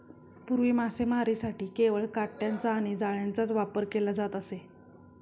पूर्वी मासेमारीसाठी केवळ काटयांचा आणि जाळ्यांचाच वापर केला जात असे